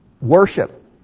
worship